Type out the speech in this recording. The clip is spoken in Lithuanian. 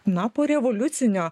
na po revoliucinio